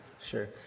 Sure